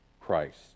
Christ